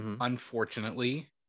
unfortunately